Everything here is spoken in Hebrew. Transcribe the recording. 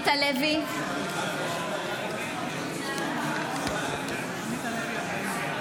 (קוראת בשמות חברי הכנסת)